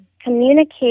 communicate